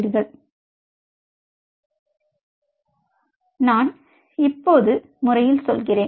எனவே நான் இப்போது முறையில் சொல்கிறேன்